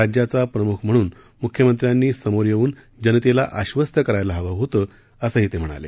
राज्याचा प्रमुख म्हणून मुख्यमंत्र्यांनी समोर येऊन जनतेला आश्वस्त करायला हवं होतं असंही ते म्हणाले